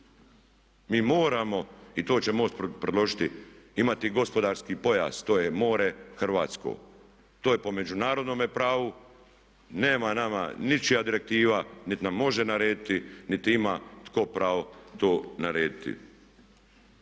Mi moramo i to će MOST predložiti imati gospodarski pojas, to je more hrvatsko, to je po međunarodnome pravu. Nema nama ničija direktiva niti nam može narediti niti ima tko pravo to narediti.